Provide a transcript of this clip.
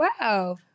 wow